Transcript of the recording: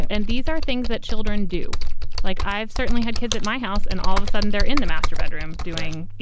and these are things that children do like. i've certainly had kids at my house and all of a sudden they're in the master bedroom doing, you